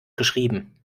geschrieben